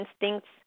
instincts